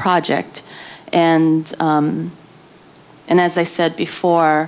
project and and as i said before